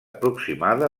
aproximada